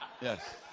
Yes